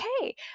Okay